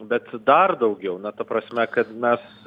bet dar daugiau na ta prasme kad mes